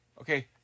Okay